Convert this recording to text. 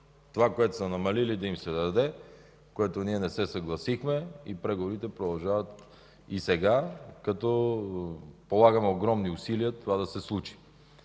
това, което са намалили, да им се даде, с което ние не се съгласихме. Преговорите продължават и сега, като полагаме огромни усилия това да се случи.